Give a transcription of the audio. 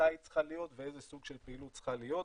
מתי היא צריכה להיות ואיזה סוג של פעילות צריכה להיות,